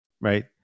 right